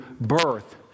birth